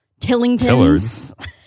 Tillingtons